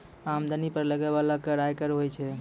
आमदनी पर लगै बाला कर आयकर होय छै